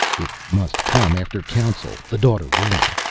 it must come after council, the daughter willing,